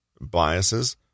biases